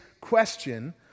question